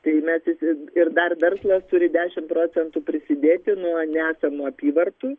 tai mes visi ir dar verslas turi dešim procentų prisidėti nuo nesamų apyvartų